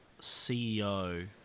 CEO